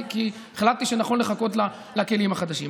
כי החלטתי שנכון לחכות לכלים החדשים.